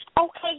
Okay